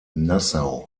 nassau